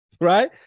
Right